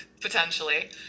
potentially